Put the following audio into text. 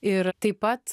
ir taip pat